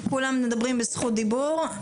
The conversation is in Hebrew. כולם ידברו ברשות דיבור.